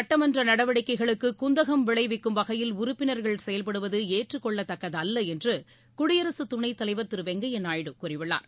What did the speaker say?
சட்டமன்ற நடவடிக்கைகளுக்கு குந்தகம் விளைவிக்கும் வகையில் உறுப்பினர்கள் செயல்படுவது ஏற்றுக் கொள்ளத்தக்கதல்ல என்று குடியரசு துணைத் தலைவர் திரு வெங்கப்ய நாயுடு கூறியுள்ளார்